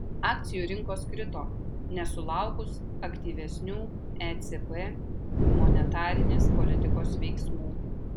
akcijų rinkos krito nesulaukus aktyvesnių ecb monetarinės politikos veiksmų